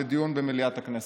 לדיון במליאת הכנסת.